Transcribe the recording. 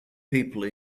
people